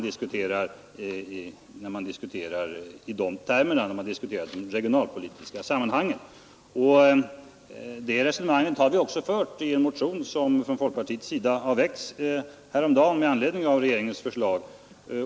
Det resonemanget har vi också fört i en motion som folkpartiet väckte häromdagen med anledning av regeringens förslag.